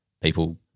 people